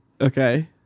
Okay